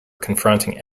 confronting